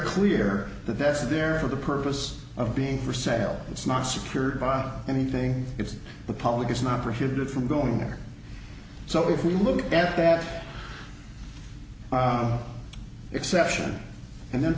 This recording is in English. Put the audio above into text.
clear that that's there for the purpose of being for sale it's not secured by anything it's the public is not prohibited from going there so if we look at that exception and then